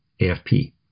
AFP